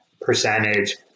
percentage